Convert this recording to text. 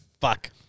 Fuck